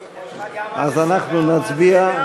אז אנחנו נצביע.